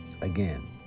Again